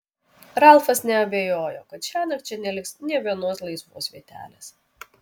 ralfas neabejojo kad šiąnakt čia neliks nė vienos laisvos vietelės